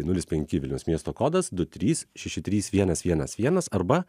nulis penki vilniaus miesto kodas du trys šeši trys vienas vienas vienas arba